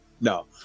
No